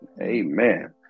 Amen